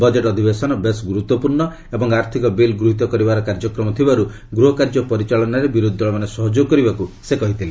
budget ଅଧିବେଶନ ବେଶ୍ ଗୁରୁତ୍ୱପୂର୍୍ଣ୍ଣ ଏବଂ ଆର୍ଥିକ ବିଲ୍ ଗୃହିତ କରିବାର କାର୍ଯ୍ୟକ୍ରମ ଥିବାରୁ ଗୃହ କାର୍ଯ୍ୟ ପରିଚାଳନାରେ ବିରୋଧୀ ଦଳମାନେ ସହଯୋଗ କରିବାକୁ ସେ କହିଥିଲେ